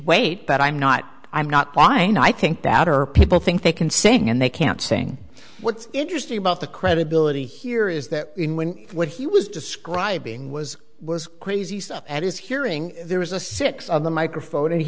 weight that i'm not i'm not fine i think better people think they can sing and they can't sing what's interesting about the credibility here is that in when what he was describing was was crazy stuff and his hearing there was a six on the microphone and he